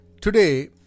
Today